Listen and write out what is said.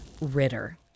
Ritter